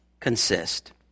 consist